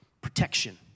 protection